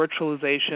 virtualization